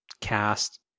cast